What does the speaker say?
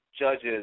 judges